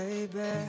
Baby